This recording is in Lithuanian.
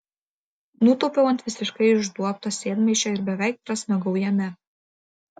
nutūpiau ant visiškai išduobto sėdmaišio ir beveik prasmegau jame